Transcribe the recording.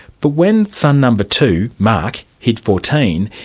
but when son number two, mark, hit fourteen,